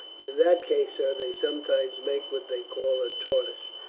in that case, sir, they sometimes make what they call a tortoise.